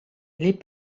les